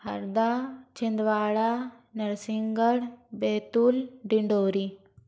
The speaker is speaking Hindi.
हर्दा छिन्दवाड़ा नरसिंहगढ़ बेतुल डिंडौरी